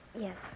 Yes